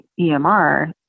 EMR